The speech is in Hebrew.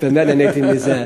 באמת נהניתי מזה.